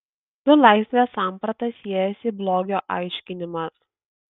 su laisvės samprata siejasi blogio aiškinimas